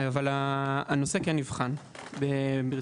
אבל הנושא כן נבחן ברצינות.